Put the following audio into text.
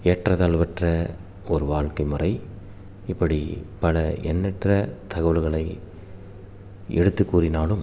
ஏற்றத்தாழ்வற்ற ஒரு வாழ்க்கைமுறை இப்படி பல எண்ணற்ற தகவல்களை எடுத்து கூறினாலும்